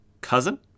cousin